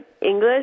English